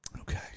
Okay